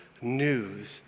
news